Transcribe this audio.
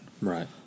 right